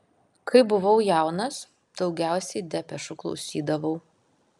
kai buvau jaunas daugiausiai depešų klausydavau